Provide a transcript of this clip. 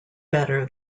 better